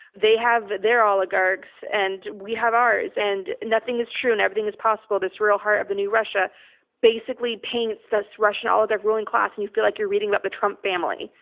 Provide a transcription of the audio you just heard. they have their oligarchs and we have ours and nothing is true and everything is possible. this real heart of the new russia basically paints this russian oligarch ruling class and you feel like you're reading about the trump family.